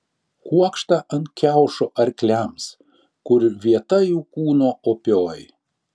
kuokštą ant kiaušo arkliams kur vieta jų kūno opioji